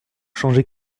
changer